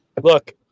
look